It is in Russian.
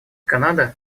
канада